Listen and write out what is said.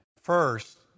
first